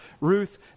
Ruth